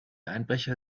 einbrecher